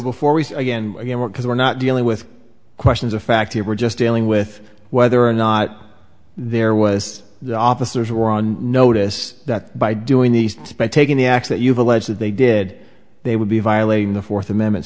because we're not dealing with questions of fact here we're just dealing with whether or not there was the officers were on notice that by doing these spent taking the acts that you've alleged that they did they would be violating the fourth amendment